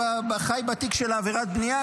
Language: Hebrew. אני חי רק בתיק של עבירת הבנייה,